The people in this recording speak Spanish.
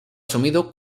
asumido